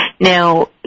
Now